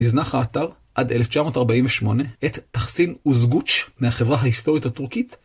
נזנח האתר עד 1948 את תחסין אוזגוץ' מהחברה ההיסטורית הטורקית.